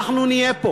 אנחנו נהיה פה